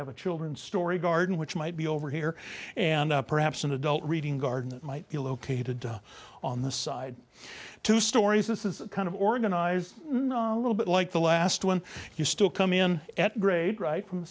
have a children's story garden which might be over here and perhaps an adult reading garden might be located on the side two stories this is kind of organized a little bit like the last one you still come in at grade right from the